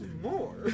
more